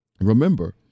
Remember